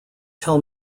tell